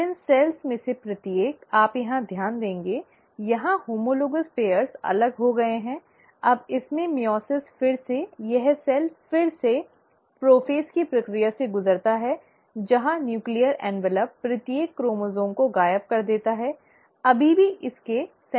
अब इन कोशिकाओं में से प्रत्येक आप यह ध्यान देंगे यहां होमोलोगॅस जोड़ी अलग हो गए हैं अब इसमें मइओसिस फिर से यह सेल फिर से प्रोफ़ेज़ की प्रक्रिया से गुजरता है जहां नूक्लीअर ऍन्वलप् प्रत्येक क्रोमोसोम् को गायब कर देता है अभी भी अपने सेंट्रोमियर से जुड़ा हुआ है